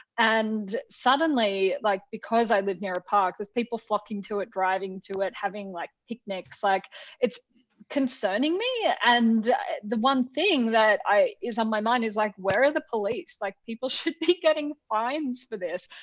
and suddenly, like because i live near a park, there's people flocking to it, driving to it, having like picnics. like it's concerning me. and the one thing that is on my mind is, like where are the police? like people should be getting fines for this.